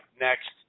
next